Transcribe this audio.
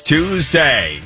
Tuesday